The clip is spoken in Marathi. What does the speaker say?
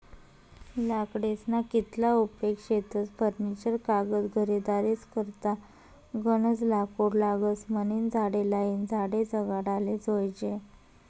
लाकडेस्ना कितला उपेग शेतस फर्निचर कागद घरेदारेस करता गनज लाकूड लागस म्हनीन झाडे लायीन झाडे जगाडाले जोयजे